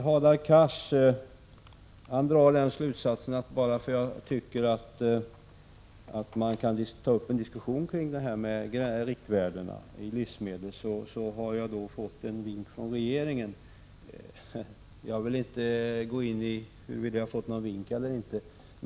Hadar Cars drar slutsatsen att bara därför att jag tycker att man kan ta upp en diskussion kring detta med riktvärden för livsmedel, så har jag fått en vink från regeringen. Jag vill inte gå in på huruvida jag har fått någon vink eller inte.